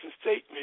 statement